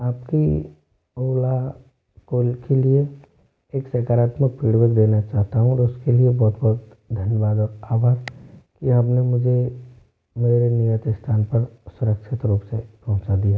आपकी ओला कॉल के लिए एक सकारात्मक फीड बेक देना चाहता हूँ उसके लिए बहुत बहुत धन्यवाद और आभार की आपने मुझे मेरे लिए नियत स्थान पर सुरक्षित रूप से पहुँचा दिया